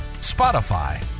Spotify